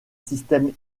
système